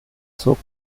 zog